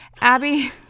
abby